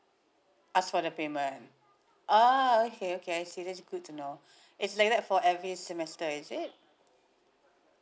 ask for the payment ah okay okay I see that's good to know it's like that for every semester is it